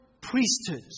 priesthood